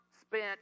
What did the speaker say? spent